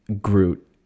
Groot